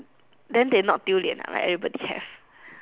then they not 丢脸 ah like everybody have